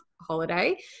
holiday